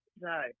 No